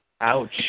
Ouch